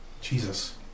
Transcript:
Jesus